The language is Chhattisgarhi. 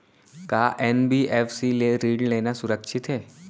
का एन.बी.एफ.सी ले ऋण लेना सुरक्षित हे?